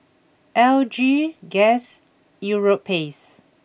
L G Guess Europace